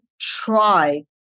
try